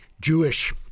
Jewish